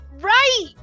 Right